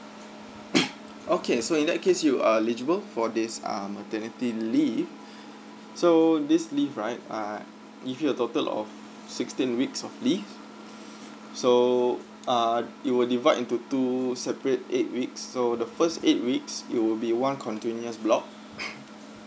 okay so in that case you are eligible for this err maternity leave so this leave right uh give you a total of sixteen weeks of leave so uh it will divide into two separate eight weeks so the first eight weeks it will be one continuous block